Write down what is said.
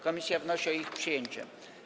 Komisja wnosi o ich przyjęcie.